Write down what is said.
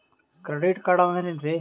Credit card ಅಂದ್ರ ಏನ್ರೀ?